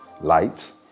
light